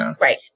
Right